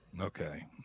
okay